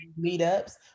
meetups